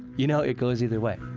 you know, it goes either way